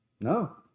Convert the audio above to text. No